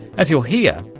as you'll hear,